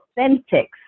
authentic